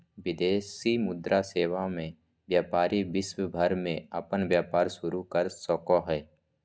विदेशी मुद्रा सेवा मे व्यपारी विश्व भर मे अपन व्यपार शुरू कर सको हय